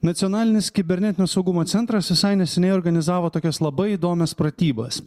nacionalinis kibernetinio saugumo centras visai neseniai organizavo tokias labai įdomias pratybas